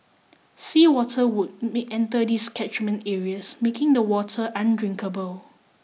sea water would may enter these catchment areas making the water undrinkable